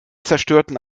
zerstörten